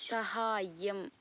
सहाय्यम्